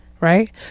right